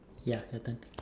ya your turn